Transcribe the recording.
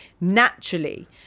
naturally